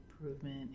Improvement